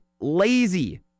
lazy